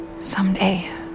Someday